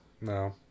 No